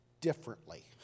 differently